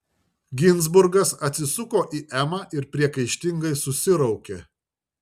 ginzburgas atsisuko į emą ir priekaištingai susiraukė